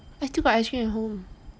I still got ice cream at home